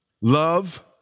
love